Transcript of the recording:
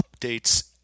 updates